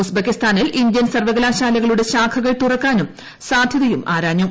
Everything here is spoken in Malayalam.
ഉസ്ബക്കിസ്ഥാനിൽ ഇന്ത്യൻ സർവകലാശാലകളുടെ ശാഖകൾ തുറക്കാനുള്ള സാധ്യതയും ആരായും